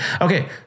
Okay